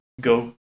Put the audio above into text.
Go